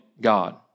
God